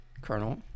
colonel